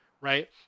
right